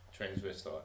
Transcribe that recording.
transvestite